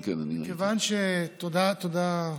תודה,